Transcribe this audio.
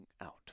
out